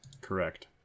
Correct